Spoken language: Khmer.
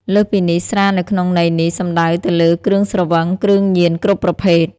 លើសពីនេះ ស្រានៅក្នុងន័យនេះសំដៅទៅលើគ្រឿងស្រវឹង គ្រឿងញៀនគ្រប់ប្រភេទ។